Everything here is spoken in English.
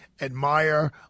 admire